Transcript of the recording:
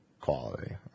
quality